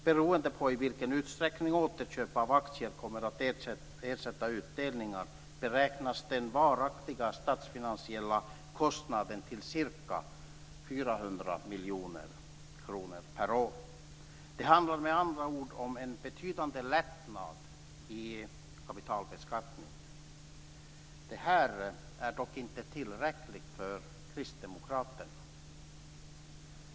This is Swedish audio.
Beroende på i vilken utsträckning återköp av aktier kommer att ersätta utdelningar beräknas den varaktiga statsfinansiella kostnaden till ca 400 miljoner kronor per år. Det handlar med andra ord om en betydande lättnad i kapitalbeskattningen. Det här är dock inte tillräckligt för kristdemokraterna.